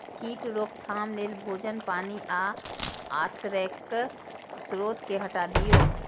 कीट रोकथाम लेल भोजन, पानि आ आश्रयक स्रोत कें हटा दियौ